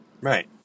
Right